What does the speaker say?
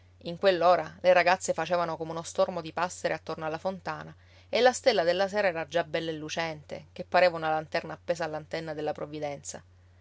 segretario in quell'ora le ragazze facevano come uno stormo di passere attorno alla fontana e la stella della sera era già bella e lucente che pareva una lanterna appesa all'antenna della provvidenza